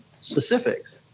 specifics